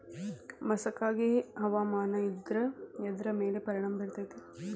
ಮಸಕಾಗಿ ಹವಾಮಾನ ಇದ್ರ ಎದ್ರ ಮೇಲೆ ಪರಿಣಾಮ ಬಿರತೇತಿ?